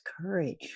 courage